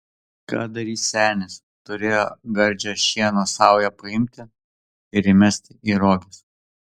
ką darys senis turėjo gardžią šieno saują paimti ir įmesti į roges